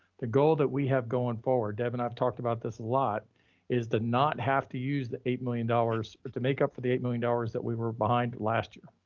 the goal that we have going forward, deb and i've talked about this a lot is the, not have to use the eight million dollars to make up for the eight million dollars that we were behind last year.